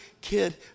kid